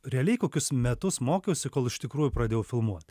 realiai kokius metus mokiausi kol iš tikrųjų pradėjau filmuot